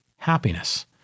happiness